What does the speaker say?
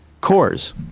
Cores